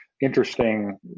interesting